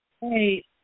Hey